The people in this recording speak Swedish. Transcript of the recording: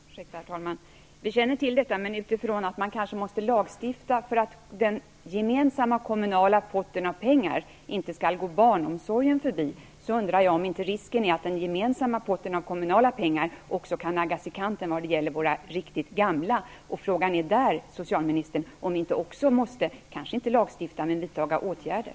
Herr talman! Jag känner till detta, men eftersom man kanske måste lagstifta för att den gemensamma kommunala potten av pengar inte skall gå barnomsorgen förbi, undrar jag om det inte är risk för att den gemensamma potten kan naggas i kanten också när det gäller våra riktigt gamla. Frågan är om man inte också i det fallet måste, kanske inte lagstifta men vidta åtgärder.